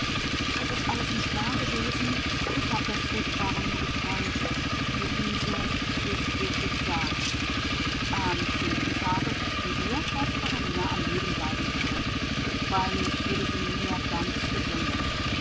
es ist alles nicht wahr gewesen ich hab das furchtbare nur geträumt luise ist wirklich da am zehnten tage wußten wir daß katharina am leben bleiben würde freilich würde sie nie mehr ganz gesunden